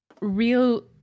real